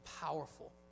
powerful